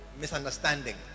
misunderstanding